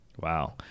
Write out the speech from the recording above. Wow